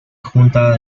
junta